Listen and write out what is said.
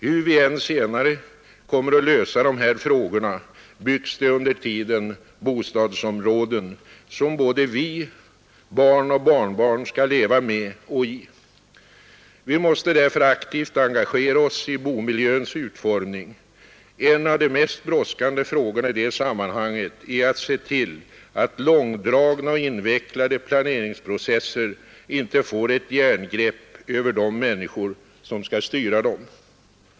Hur vi än senare kommer att lösa de här frågorna, byggs det under tiden bostadsområden som såväl vi själva som våra barn och barnbarn skall leva med och i. Vi måste därför aktivt engagera oss i bomiljöns utformning. En av de mest brådskande frågorna i det sammanhanget är att se till att långdragna och invecklade planeringsprocesser inte får ett järngrepp över de människor som skall styra dem.